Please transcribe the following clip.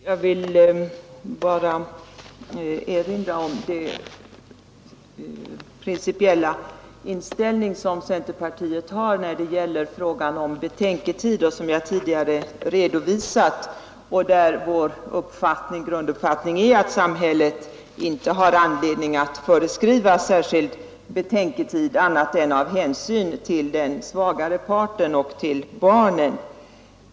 Fru talman! Jag vill bara erinra om den principiella inställning som centerpartiet har i frågan om betänketid som jag tidigare redovisat. Vår grunduppfattning är att samhället inte har anledning att föreskriva särskild betänketid annat än av hänsyn till den svagare parten och till barnen.